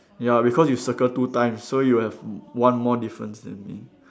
ya because you circle two times so you have one more difference than me